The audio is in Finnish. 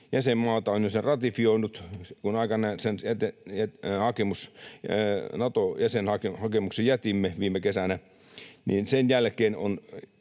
jäsenmaata on sen jo ratifioinut. Kun aikanaan sen Nato-jäsenhakemuksen jätimme, viime kesänä, niin sen jälkeen